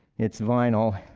it's vinyl.